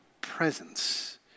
presence